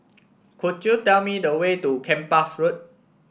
could you tell me the way to Kempas Road